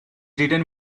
written